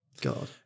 God